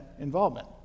involvement